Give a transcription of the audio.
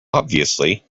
obviously